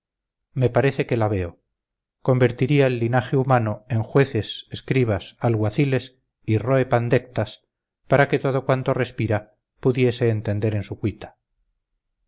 me parece que la veo convertiría el linaje humano en jueces escribas alguaciles y roe pandectas para que todo cuanto respira pudiese entender en su cuita